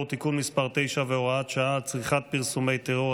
(תיקון מס' 9 והוראת שעה) (צריכת פרסומי טרור),